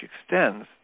extends